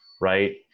right